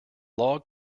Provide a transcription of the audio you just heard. log